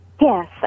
Yes